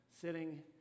sitting